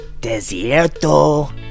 Desierto